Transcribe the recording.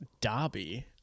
Dobby